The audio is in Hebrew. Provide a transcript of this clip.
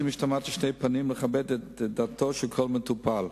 משתמעת לשתי פנים לכבד את דתו של כל מטופל.